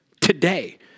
today